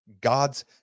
God's